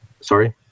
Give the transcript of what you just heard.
sorry